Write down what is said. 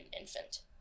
infant